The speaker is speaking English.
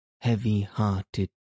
heavy-hearted